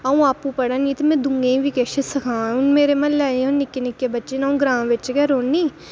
अं'ऊ आपूं पढ़ानी ते में दूएं गी बी किश सखाङ निक्के निक्के बच्चे न अ'ऊं ग्रांऽ बिच गै रौह्न्नी